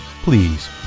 please